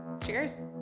Cheers